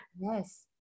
Yes